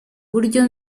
buryo